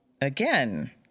Again